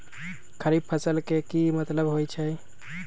खरीफ फसल के की मतलब होइ छइ?